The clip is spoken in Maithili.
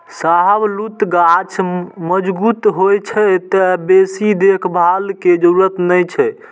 शाहबलूत गाछ मजगूत होइ छै, तें बेसी देखभाल के जरूरत नै छै